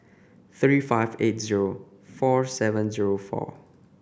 three five eight zero four seven zero four